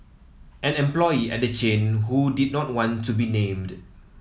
an employee at the chain who did not want to be named